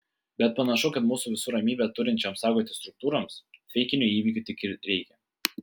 bet panašu kad mūsų visų ramybę turinčioms saugoti struktūroms feikinių įvykių tik ir reikia